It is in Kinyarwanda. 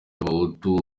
y’abahutu